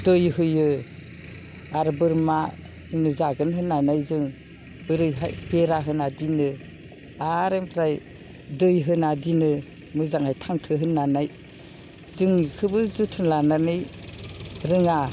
दै होयो आरो बोरमा जागोन होन्नानै जों बोरैहाय बेरा होना दोनो आरो ओमफ्राय दै होना दोनो मोजाङै थांथों होन्नानै जों बेखौबो जोथोन लानानै रोङा